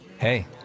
Hey